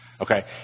Okay